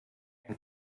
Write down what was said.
ein